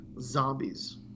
zombies